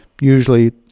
usually